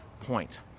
point